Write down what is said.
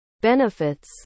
benefits